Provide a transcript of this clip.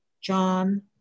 John